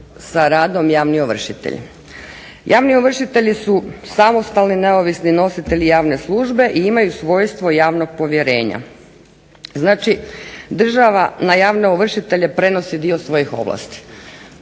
Javni ovršitelji su samostalni neovisni nositelji javne službe i imaju svojstvo javnog povjerenja. Znači država na javne ovršitelje prenosi dio svojih ovlasti.